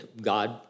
God